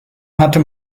hatte